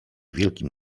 wielkim